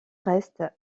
reste